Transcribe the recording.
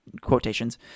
quotations